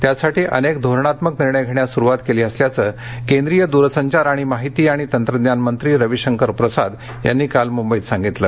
त्यासाठी अनेक धोरणात्मक निर्णय घेण्यास सुरुवात केली असल्याचं केंद्रीय द्रसंचारआणि माहिती आणि तंत्रज्ञानमंत्री रविशंकर प्रसाद यांनी काल मुंबईत सांगितलं